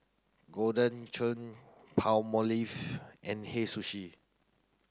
Golden Churn Palmolive and Hei Sushi